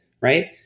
right